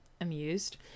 amused